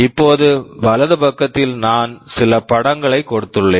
இப்போது வலது பக்கத்தில் நான் சில படங்களை கொடுத்துள்ளேன்